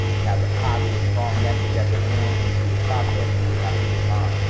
it has a positive, strong message at the end. and through the process, you just have a good time.